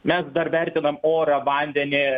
mes dar vertinam orą vandenį